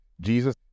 Jesus